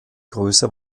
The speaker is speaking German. größe